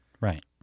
right